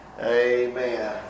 amen